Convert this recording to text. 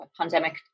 pandemic